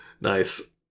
nice